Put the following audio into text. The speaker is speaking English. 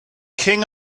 king